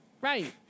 Right